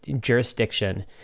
jurisdiction